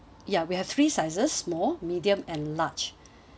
ya we have three sizes small medium and large